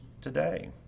today